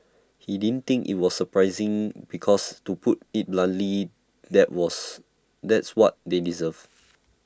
he didn't think IT was A surprising because to put IT bluntly that was that's what they deserve